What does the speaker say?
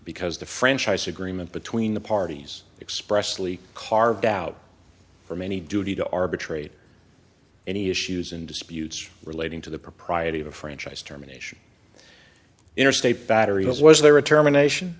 because the franchise agreement between the parties expressly carved out from any duty to arbitrate any issues and disputes relating to the propriety of a franchise terminations interstate battery as was there a termination